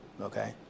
okay